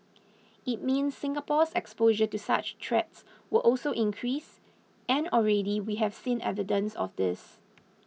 it means Singapore's exposure to such threats will also increase and already we have seen evidence of this